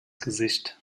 gesicht